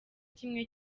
kimwe